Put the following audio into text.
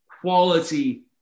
quality